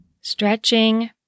Stretching